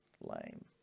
Lame